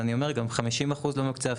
גם 50% לא מוקצה.